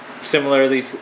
similarly